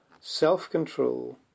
Self-control